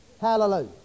Hallelujah